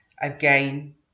Again